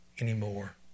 anymore